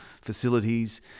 facilities